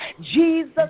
jesus